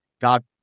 God